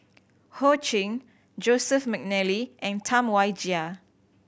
Ho Ching Joseph McNally and Tam Wai Jia